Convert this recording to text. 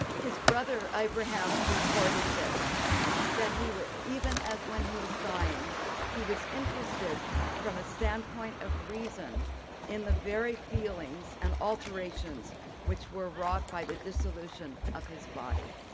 his brother abraham, reported this that he would even when he was dying he was interested from a standpoint of reason in the very feelings and alterations which were wrought by the dissolution of his body.